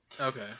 Okay